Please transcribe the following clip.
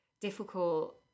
difficult